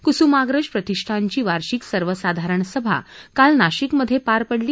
कुसुमाग्रज प्रतिष्ठानची वार्षिक सर्वसाधारण सभा काल नाशिकमध्ये पार पडली